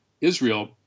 Israel